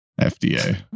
FDA